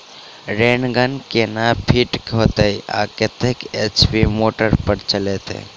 Rain gun केना fit हेतइ आ कतेक एच.पी मोटर पर चलतै?